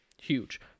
huge